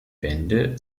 wände